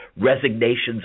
resignations